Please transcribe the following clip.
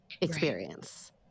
experience